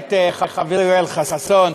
למעט חברי יואל חסון.